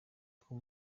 two